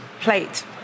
plate